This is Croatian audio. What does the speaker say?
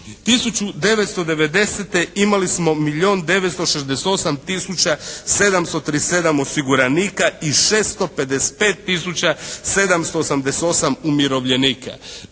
1990. imali smo milijun 968737 osiguranika i 655788 umirovljenika.